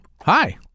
Hi